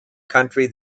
country